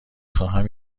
خواهم